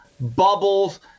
bubbles